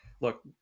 look